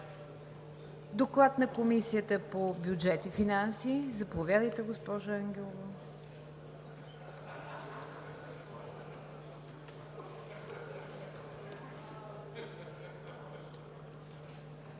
Доклад на Комисията по бюджет и финанси – заповядайте, госпожо Ангелова.